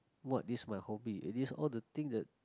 what is my hobby it's all the thing that